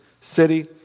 city